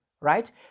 right